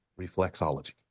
reflexology